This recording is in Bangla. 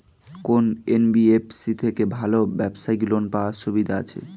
কোন এন.বি.এফ.সি থেকে ভালো ব্যবসায়িক লোন পাওয়ার সুবিধা আছে?